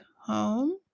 home